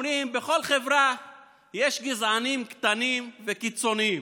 אומרים: בכל חברה יש גזענים קטנים וקיצוניים,